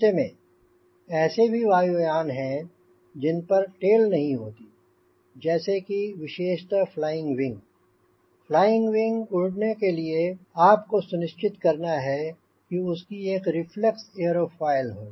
सत्य में ऐसे भी वायुयान हैं जिन पर टेल नहीं होती जैसे की विशेषतः फ्लाइंग विंग फ्लाइंग विंग उड़ने के लिए आपको सुनिश्चित करना है कि उसकी एक रिफ्लेक्स एयरोफॉयल हो